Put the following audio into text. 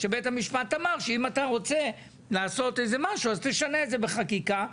שבית המשפט אמר שאם אני רוצה לעשות משהו שאשנה את זה בחקיקה.